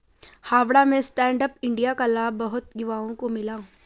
हावड़ा में stand up India का लाभ बहुत युवाओं को मिला